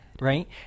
Right